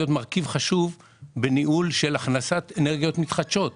מרכיב חשוב בניהול של הכנסת אנרגיות מתחדשות.